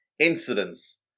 incidents